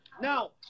Now